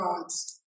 God's